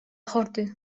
hordy